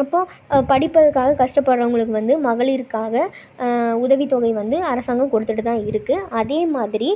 அப்போ படிப்பதற்காக கஷ்டப்படுறவங்களுக்கு வந்து மகளிர்க்காக உதவித்தொகை வந்து அரசாங்கம் கொடுத்துகிட்டுதான் இருக்கு அதேமாதிரி